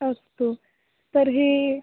अस्तु तर्हि